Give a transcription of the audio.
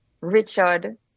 richard